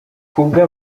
kubwa